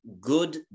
good